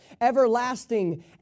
everlasting